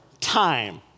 time